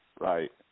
Right